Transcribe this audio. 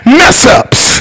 mess-ups